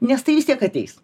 nes tai vis tiek ateis